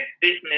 business